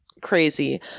crazy